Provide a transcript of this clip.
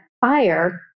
fire